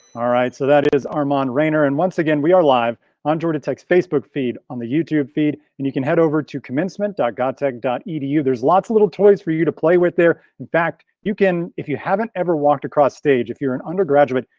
all right, so that is armand raynor and once again we are live on georgia tech's facebook feed on the youtube feed and you can head over to commencement gatech edu. there's lots of little toys for you to play with their back, you can if you haven't ever walked across stage, if you're an undergraduate,